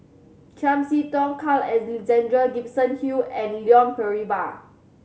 Chiam See Tong Carl Alexander Gibson Hill and Leon Perera